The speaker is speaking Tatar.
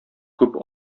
күп